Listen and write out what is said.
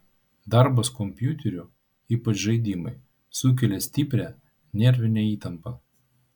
darbas kompiuteriu ypač žaidimai sukelia stiprią nervinę įtampą